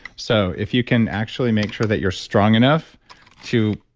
so if you can actually make sure that you're strong enough to.